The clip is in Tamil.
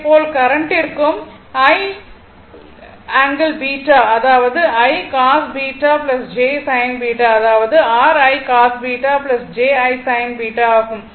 இதேபோல் கரண்ட்டிற்கும் I ∠β அதாவது I cos β j sin β அதாவது r I cos β j I sin β ஆகும்